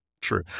True